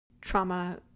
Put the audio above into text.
Trauma